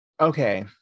okay